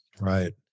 Right